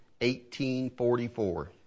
1844